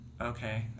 Okay